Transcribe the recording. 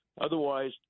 Otherwise